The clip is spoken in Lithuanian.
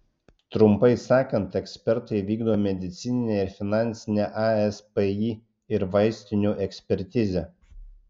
trumpai sakant ekspertai vykdo medicininę ir finansinę aspį ir vaistinių ekspertizę